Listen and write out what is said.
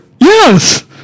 Yes